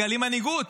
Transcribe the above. תגלי מנהיגות,